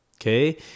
Okay